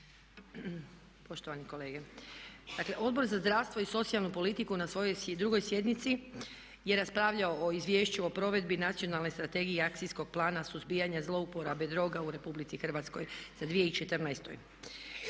Poštovani kolege. Dakle Odbor za zdravstvo i socijalnu politiku na svojoj 2. sjednici je raspravljao o Izvješću o provedbi Nacionalne strategije i Akcijskog plana suzbijanja zlouporabe droga u Republici Hrvatskoj za 2014.